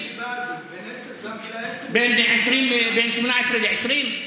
אני בעד זה, גם גיל עשר, צעירים בין 18 ל-20?